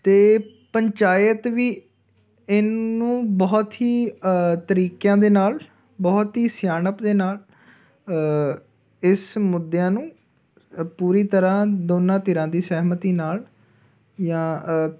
ਅਤੇ ਪੰਚਾਇਤ ਵੀ ਇਹਨੂੰ ਬਹੁਤ ਹੀ ਤਰੀਕਿਆਂ ਦੇ ਨਾਲ ਬਹੁਤ ਹੀ ਸਿਆਣਪ ਦੇ ਨਾਲ ਇਸ ਮੁੱਦਿਆਂ ਨੂੰ ਅ ਪੂਰੀ ਤਰ੍ਹਾਂ ਦੋਨਾਂ ਧਿਰਾਂ ਦੀ ਸਹਿਮਤੀ ਨਾਲ ਜਾਂ